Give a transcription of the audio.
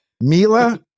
mila